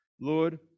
Lord